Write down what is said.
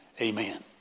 Amen